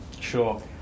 Sure